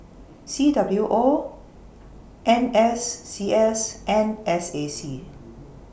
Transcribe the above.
C W O N S C S and S A C